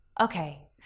okay